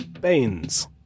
baines